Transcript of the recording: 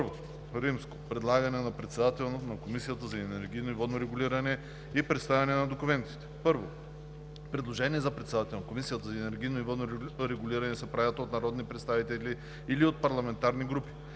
I. Предлагане на председател на Комисията за енергийно и водно регулиране и представяне на документите 1. Предложения за председател на Комисията за енергийно и водно регулиране се правят от народни представители или от парламентарни групи.